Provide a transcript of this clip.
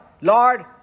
Lord